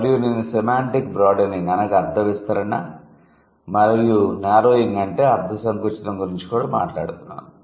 మరియు నేను semantic broadening అనగా అర్థ విస్తరణ మరియు నారోయింగ్ అంటే అర్ధ సంకుచితం గురించి కూడా మాట్లాడుతున్నాను